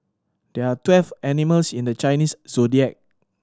there are twelve animals in the Chinese Zodiac